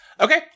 Okay